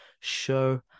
show